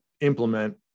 implement